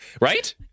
Right